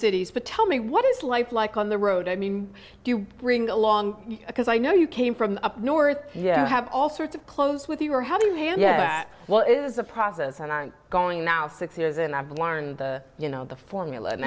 cities to tell me what is life like on the road i mean do you bring along because i know you came from up north yeah i have all sorts of close with you or how do you get that well is a process and i'm going now six years and i've learned the you know the formula and